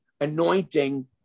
anointing